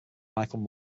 michael